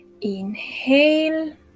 Inhale